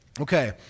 okay